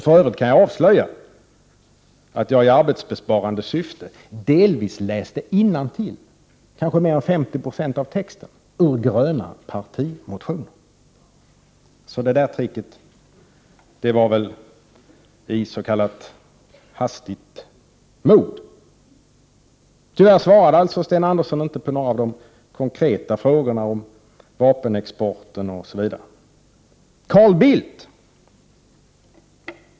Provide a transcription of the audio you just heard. För övrigt kan jag avslöja att jag i arbetsbesparande syfte delvis läst innantill, kanske mer än 50 20 av texten, ur gröna partimotioner. Så det där tricket gjordes väl i s.k. hastigt mod. Tyvärr svarade alltså inte Sten Andersson på någon av de konkreta frågorna om t.ex. vapenexport. Sedan till Carl Bildt.